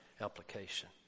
application